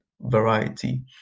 variety